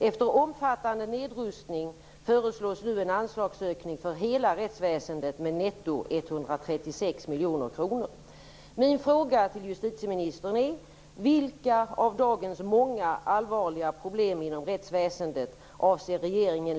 Efter omfattande nedrustning föreslås nu en anslagsökning för hela rättsväsendet med netto 136